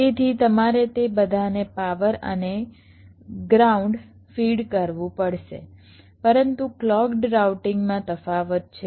તેથી તમારે તે બધાને પાવર અને ગ્રાઉન્ડ ફીડ કરવું પડશે પરંતુ ક્લૉક્ડ રાઉટિંગમાં તફાવત છે